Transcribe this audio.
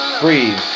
breathe